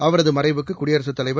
அவரது மறைவுக்கு குடியரசுத்தலைவர்